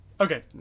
Okay